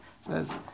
says